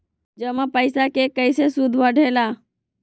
जमा पईसा के कइसे सूद बढे ला?